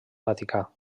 vaticà